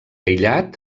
aïllat